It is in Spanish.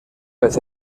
vez